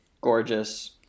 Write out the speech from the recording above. Gorgeous